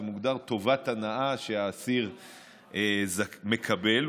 טובת הנאה שהאסיר מקבל,